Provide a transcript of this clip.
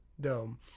Dome